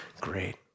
great